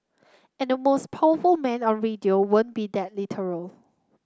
and the most powerful man on radio won't be that literal